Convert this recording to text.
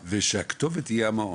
ושהכתובת תהיה המעון,